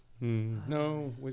No